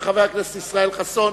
של חבר הכנסת ישראל חסון.